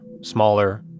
smaller